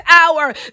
hour